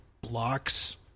blocks